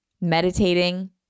meditating